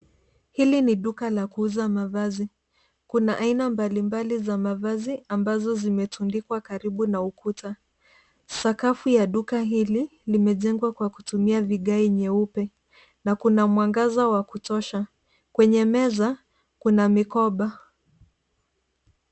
Hili ni duka la kuuza mavazi. Kuna aina mbalimbali za mavazi ambazo zimetundikwa karibu na ukuta. Sakafu ya duka hili limejengwa kwa kutumia vigae nyeupe. Kuna mwangaza wa kutosha. Kwenye meza, kuna mikopa.